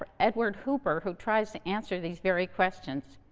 edward hooper, who tries to answer these very questions.